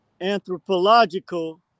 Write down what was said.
anthropological